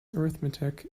arithmetic